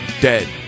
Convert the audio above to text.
dead